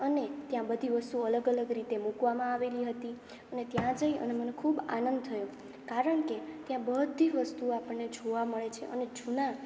અને ત્યાં બધી વસ્તુઓ અલગ અલગ રીતે મૂકવામાં આવેલી હતી અને ત્યાં જઈ અને મને ખૂબ આનંદ થયો કારણ કે ત્યાં બધી વસ્તુઓ અપણને જોવા મળે છે અને જૂના